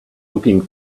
looking